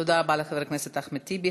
תודה רבה לחבר הכנסת אחמד טיבי.